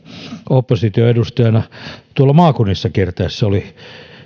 opposition edustajana tuolla maakunnissa kiertäessä oli